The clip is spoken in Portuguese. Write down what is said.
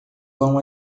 vão